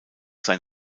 sein